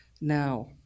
now